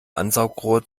ansaugrohr